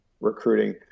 recruiting